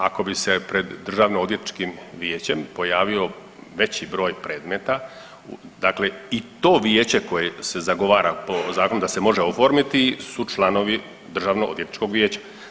Ako bi se pred Državnoodvjetničkim vijećem pojavio veći broj predmeta, dakle i to vijeće koje se zagovara po zakon da se može oformiti su članovi Državnoodvjetničkog vijeća.